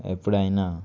ఎప్పుడైనా